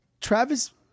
Travis